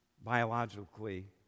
biologically